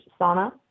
sauna